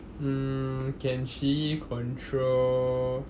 mm can she control